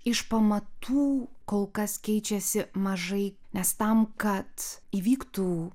iš pamatų kol kas keičiasi mažai nes tam kad įvyktų